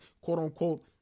quote-unquote